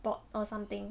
board or something